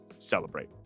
Celebrate